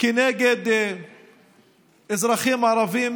כנגד אזרחים ערבים,